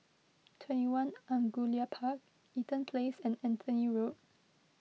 twenty one Angullia Park Eaton Place and Anthony Road